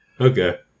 okay